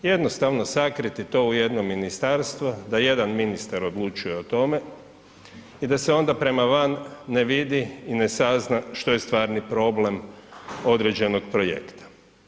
Jednostavno sakriti to u jedno ministarstvo, da jedan ministar odlučuje o tome i da se onda prema van ne vidi i ne sazna što je stvarni problem određenog projekta.